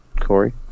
Corey